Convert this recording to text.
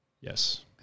Yes